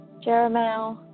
Jeremiah